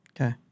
Okay